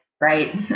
Right